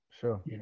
Sure